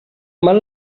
mal